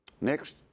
Next